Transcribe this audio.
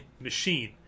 machine